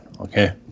okay